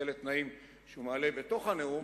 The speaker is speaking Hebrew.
וכאלה תנאים שהוא מעלה בתוך הנאום,